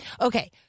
Okay